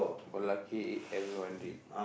oh lucky everyone did